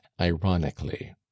ironically